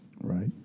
Right